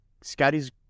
Scotty's